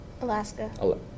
Alaska